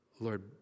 Lord